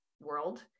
world